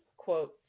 quote